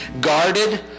guarded